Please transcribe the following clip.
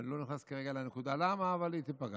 ואני לא נכנס כרגע לשאלה למה, אבל היא תיפגע.